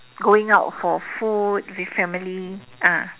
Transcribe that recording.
going out for food with family ah